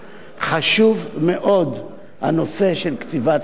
חשוב מאוד הנושא של קציבת כהונה.